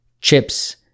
chips